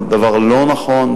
הוא דבר לא נכון,